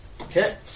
Okay